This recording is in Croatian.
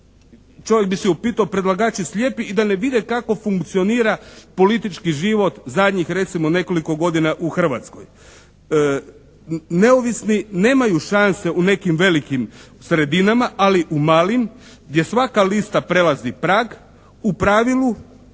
čovjek bi se upitao predlagači slijepi i da ne vide kako funkcionira politički život zadnjih recimo nekoliko godina u Hrvatskoj? Neovisni nemaju šanse u nekim velikim sredinama, ali u malim gdje svaka lista prelazi prag u pravilu